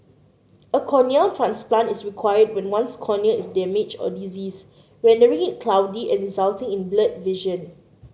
a corneal transplant is required when one's cornea is damaged or diseased rendering it cloudy and resulting in blurred vision